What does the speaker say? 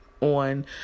on